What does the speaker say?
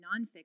nonfiction